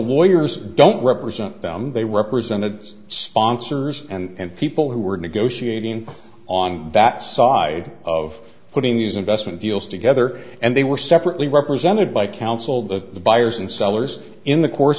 warriors don't represent them they represented sponsors and people who were negotiating on that side of putting these investment deals together and they were separately represented by counsel the buyers and sellers in the course